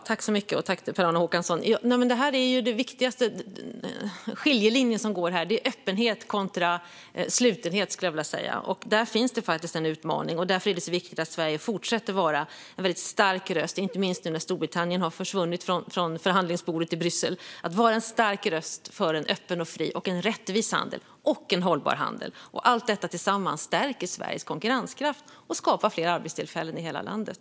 Fru talman! Den viktigaste skiljelinjen går här mellan öppenhet kontra slutenhet. Där finns det en utmaning, och därför är det så viktigt, inte minst nu när Storbritannien har försvunnit från förhandlingsbordet i Bryssel, att Sverige fortsätter vara en stark röst för en öppen, fri, rättvis och hållbar handel. Allt detta tillsammans stärker Sveriges konkurrenskraft och skapar fler arbetstillfällen i hela landet.